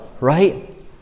right